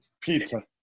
pizza